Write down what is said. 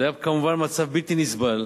זה היה כמובן מצב בלתי נסבל,